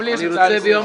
גם לי יש הצעה לסדר.